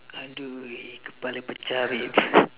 !aduh! kepala pecah beb